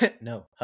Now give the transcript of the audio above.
No